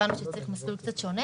הבנו שצריך מסלול קצת שונה.